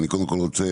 אני קודם כל רוצה